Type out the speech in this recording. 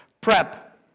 prep